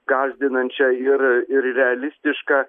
gąsdinančią ir ir realistišką